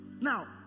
now